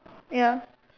ya